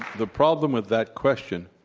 the problem with that question,